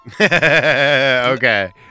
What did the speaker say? Okay